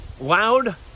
loud